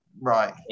Right